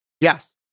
Yes